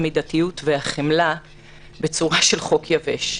המידתיות והחמלה בצורה של חוק יבש.